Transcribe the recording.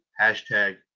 hashtag